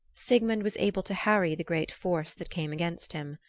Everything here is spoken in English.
sigmund was able to harry the great force that came against him.